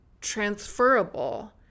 transferable